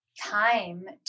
time